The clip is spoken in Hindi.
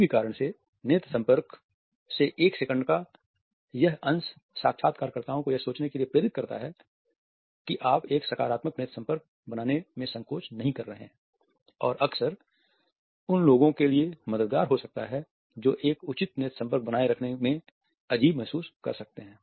किसी भी कारण से नेत्र संपर्क के सेकंड का यह अंश साक्षात्कारकर्ताओं को यह सोचने के लिए प्रेरित करता है कि आप एक सकारात्मक नेत्र संपर्क बनाने में संकोच नहीं कर रहे हैं और अक्सर यह उन लोगों के लिए मददगार हो सकता है जो एक उचित नेत्र संपर्क बनाए रखने में अजीब महसूस करते हैं